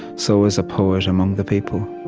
so is a poet among the people.